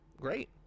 Great